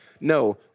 No